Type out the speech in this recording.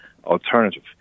alternative